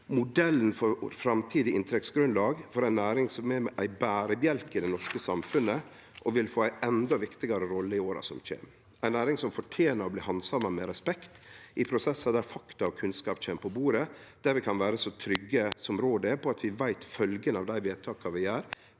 modellen for framtidig inntektsgrunnlag for ei næring som er ein berebjelke i det norske samfunnet og vil få ei endå viktigare rolle i åra som kjem. Det er ei næring som fortener å bli handsama med respekt i prosessar der fakta og kunnskap kjem på bordet, der vi kan vere så trygge som råd er på at vi veit følgjene av dei vedtaka vi gjer,